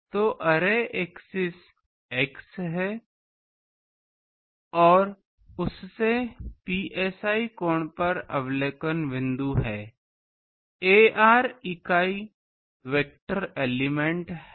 तो अरे axis x है और उस से psi कोण पर अवलोकन बिंदु है ar इकाई वेक्टर एलिमेंट् है